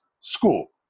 school